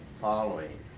following